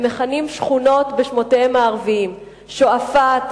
הם מכנים שכונות בשמותיהן הערביים: שועפאט,